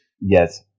yes